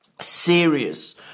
serious